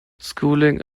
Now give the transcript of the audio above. schooling